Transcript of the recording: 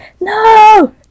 No